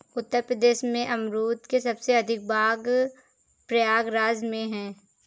उत्तर प्रदेश में अमरुद के सबसे अधिक बाग प्रयागराज में है